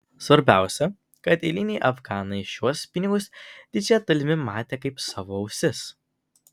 svarbiausia kad eiliniai afganai šiuos pinigus didžia dalimi matė kaip savo ausis